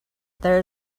there